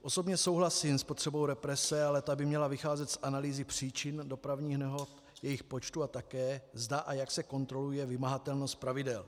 Osobně souhlasím s potřebou represe, ale ta by měla vycházet z analýzy příčin dopravních nehod, jejich počtu, a také zda a jak se kontroluje vymahatelnost pravidel.